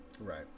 Right